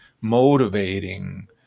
motivating